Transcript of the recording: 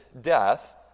death